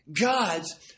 God's